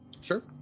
sure